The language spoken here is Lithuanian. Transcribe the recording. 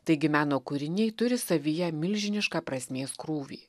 taigi meno kūriniai turi savyje milžinišką prasmės krūvį